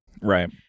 right